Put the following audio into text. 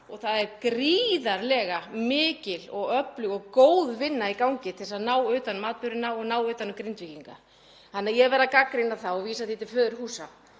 og það er gríðarlega mikil, öflug og góð vinna í gangi til þess að ná utan um atburðina, ná utan um Grindvíkinga. Ég verð að gagnrýna það og vísa því til föðurhúsanna.